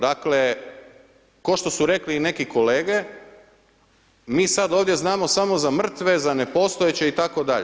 Dakle kao što su rekli i neki kolege, mi sad ovdje znamo samo za mrtve, za nepostojeće itd.